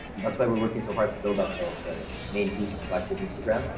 that's why we're working so hard to build up the main boost collective instagram,